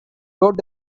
wrote